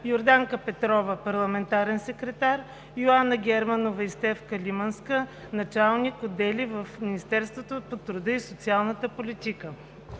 Йорданка Петрова – парламентарен секретар, Йоана Германова и Стефка Лиманска – началник-отдели в Министерството по труда и социалната политика,